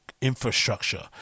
infrastructure